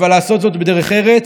חבר הכנסת אלי אבידר,